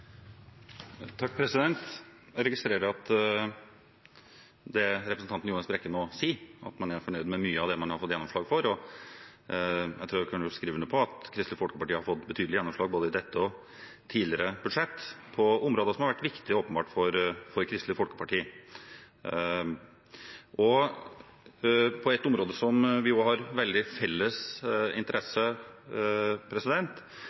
Jeg registrerer det representanten Ljones Brekke nå sier –at man er fornøyd med mye av det man har fått gjennomslag for. Jeg tror jeg kan skrive under på at Kristelig Folkeparti har fått betydelig gjennomslag både i dette og i tidligere budsjett på områder som åpenbart har vært viktige for Kristelig Folkeparti. Et område hvor vi har felles